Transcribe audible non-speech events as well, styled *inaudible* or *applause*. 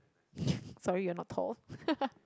*laughs* sorry you're not tall *laughs*